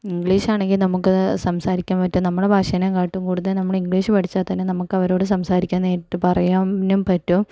English ആണെങ്കിൽ നമുക്ക് സംസാരിക്കാന് പറ്റും നമ്മുടെ ഭാഷേനെക്കാട്ടും കൂടുതല് നമ്മള് ഇംഗ്ലീഷ് പഠിച്ചാൽത്തന്നെ നമുക്ക് അവരോട് സംസാരിക്കാം നേരിട്ട് പറയാനും പറ്റും